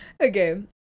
okay